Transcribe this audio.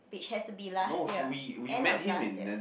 which has to be last year end of last year